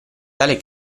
tale